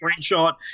screenshot